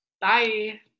Bye